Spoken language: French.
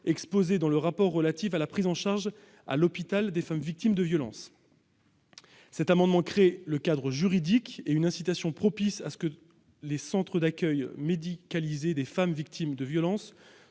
exposées dans le rapport relatif à la prise en charge à l'hôpital des femmes victimes de violences. Le dispositif de cet amendement crée le cadre juridique et une incitation propice à ce que les centres d'accueil médicalisés des femmes victimes de violences